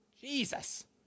Jesus